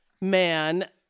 man